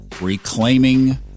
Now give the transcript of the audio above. reclaiming